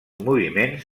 moviments